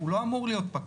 הוא לא אמור להיות פקוק.